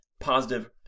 positive